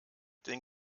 den